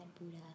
Buddha